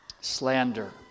Slander